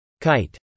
KITE